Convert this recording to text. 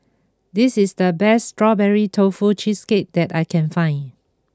this is the best Strawberry Tofu Cheesecake that I can find